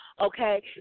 okay